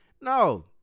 no